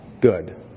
good